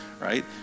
right